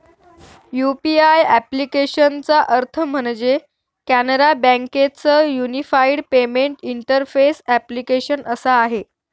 UPI ॲप्लिकेशनचा अर्थ म्हणजे, कॅनरा बँके च युनिफाईड पेमेंट इंटरफेस ॲप्लीकेशन असा आहे